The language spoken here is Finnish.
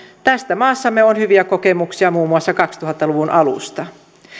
tästä maassamme on hyviä kokemuksia muun muassa kaksituhatta luvun alusta